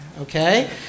okay